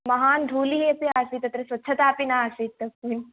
महान् धूलिः अपि आसीत् तत्र स्वच्छता अपि न आसीत् तस्मिन्